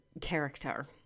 character